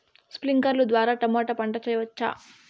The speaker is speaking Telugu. స్ప్రింక్లర్లు ద్వారా టమోటా పంట చేయవచ్చా?